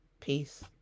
Peace